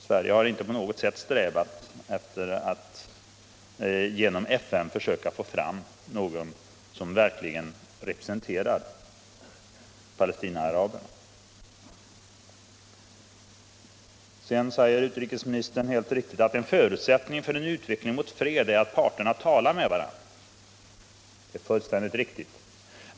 Sverige har inte på något sätt strävat efter att genom FN försöka finna någon som representerar palestinaaraberna. Vidare säger utrikesministern: ”En förutsättning för en utveckling mot fred är att parterna talar med varandra.” Det är fullständigt riktigt!